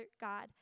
God